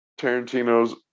Tarantino's